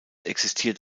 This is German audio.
existiert